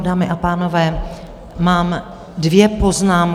Dámy a pánové, mám dvě poznámky.